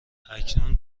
اکنون